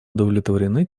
удовлетворены